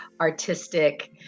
artistic